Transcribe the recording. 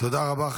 תודה רבה.